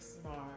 smart